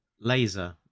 laser